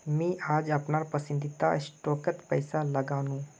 मी आज अपनार पसंदीदा स्टॉकत पैसा लगानु